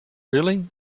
really